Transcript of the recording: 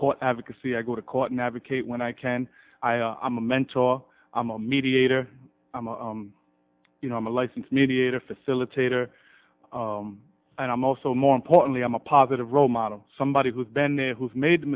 call advocacy i go to court an advocate when i can i'm a mentor i'm a mediator i'm a you know i'm a licensed mediator facilitator and i'm also more importantly i'm a positive role model somebody who's been there who's made